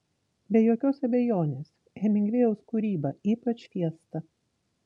be jokios abejonės hemingvėjaus kūryba ypač fiesta